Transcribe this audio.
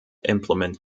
implement